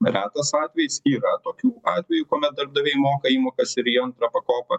retas atvejis yra tokių atvejų kuomet darbdaviai moka įmokas ir į antrą pakopą